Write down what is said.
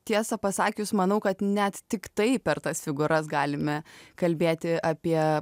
tiesą pasakius manau kad net tiktai per tas figūras galime kalbėti apie